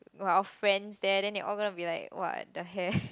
!wah! our friends there then they all gonna be like !wah! the hair